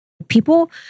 people